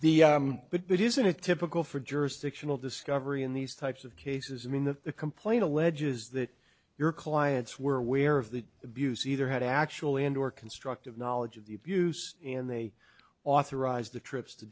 the but but isn't it typical for jurisdictional discovery in these types of cases i mean the complaint alleges that your clients were aware of the abuse either had actual and or constructive knowledge of the abuse and they authorized the trips to